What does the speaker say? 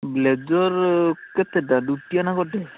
blazer କେତେଟା ଦୁଇଟା ନା ଗୋଟେ